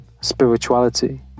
spirituality